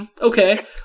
okay